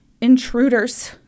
intruders